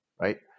right